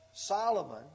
Solomon